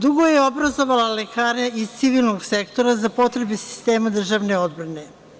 Duge je obrazovala lekare iz civilnog sektora za potrebe sistema državne odbrane.